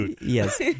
yes